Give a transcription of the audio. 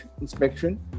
inspection